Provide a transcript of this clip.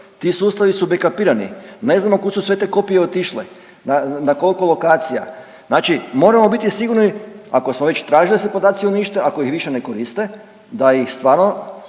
ti sustavi su bekapirani, ne znamo kud su sve te kopije otišle, na kolko lokacija, znači moramo biti sigurni ako smo već tražili da se podaci unište, ako ih više ne koriste da ih stvarno